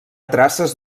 traces